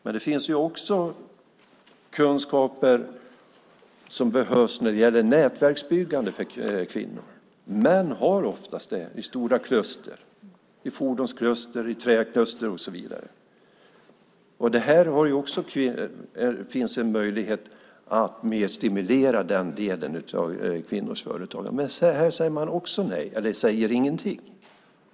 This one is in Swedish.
Men det behövs också kunskaper om nätverksbyggande för kvinnor. Män har oftast detta i kluster - fordonskluster, träkluster och så vidare. Det finns en möjlighet att mer stimulera den delen av kvinnors företagande, men här säger man också nej eller rättare sagt ingenting.